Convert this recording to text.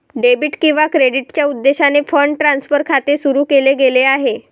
debit किंवा क्रेडिटच्या उद्देशाने फंड ट्रान्सफर खाते सुरू केले गेले आहे